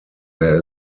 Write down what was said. there